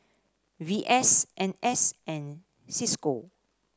V S N S and Cisco